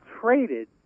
traded